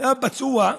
היה פצוע,